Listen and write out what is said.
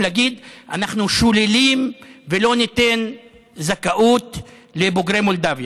להגיד שאנחנו שוללים ולא ניתן זכאות לבוגרי מולדובה,